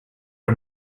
our